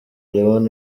leon